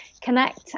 connect